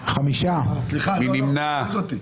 מי נמנע?